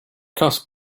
cost